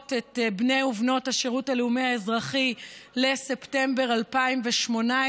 את בני ובנות השירות הלאומי האזרחי לספטמבר 2018,